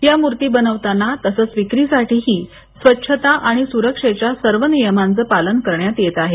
या मूर्ती बनवताना तसच विक्रीसाठीही स्वच्छता आणि स्रक्षेच्या सर्व नियमांच पालन करण्यात येत आहे